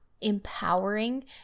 empowering